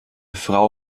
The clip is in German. frau